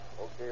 Okay